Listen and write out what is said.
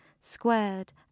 squared